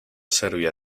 serbia